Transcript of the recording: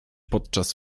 podczas